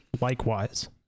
Likewise